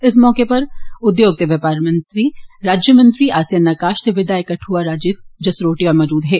इस मौके उद्योग ते बपार राज्यमंत्री आसिया नक्काश ते विधायक कठुआ राजीव जसरोटिया मजूद हे